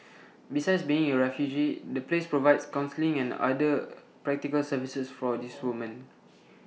besides being your refuge the place provides counselling and other practical services for these women